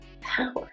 power